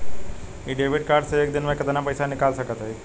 इ debit card से एक दिन मे कितना पैसा निकाल सकत हई?